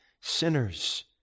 sinners